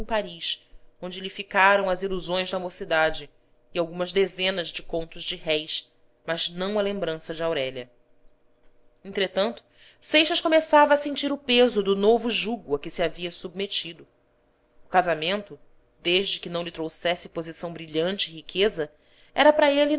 paris onde lhe ficaram as ilusões da mocidade e algumas dezenas de contos de réis mas não a lembrança de aurélia entretanto seixas começava a sentir o peso do novo jugo a que se havia submetido o casamento desde que não lhe trouxesse posição brilhante e riqueza era para ele